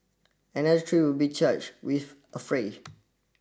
another three will be charge with affray